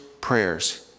prayers